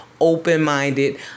open-minded